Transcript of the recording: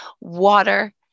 water